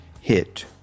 hit